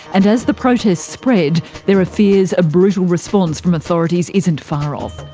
and as the protests spread, there are fears a brutal response from authorities isn't far off.